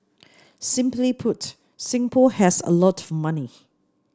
simply put Singapore has a lot of money